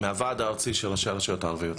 אמיר בשאראת מהוועד הארצי של ראשי הרשויות הערביות,